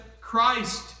Christ